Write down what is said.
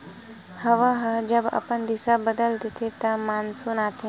हवा ह जब अपन दिसा बदल देथे त मानसून आथे